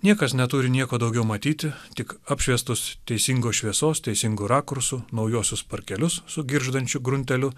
niekas neturi nieko daugiau matyti tik apšviestus teisingos šviesos teisingu rakursu naujuosius parkelius su girgždančiu grunteliu